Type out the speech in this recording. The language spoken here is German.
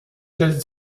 stellte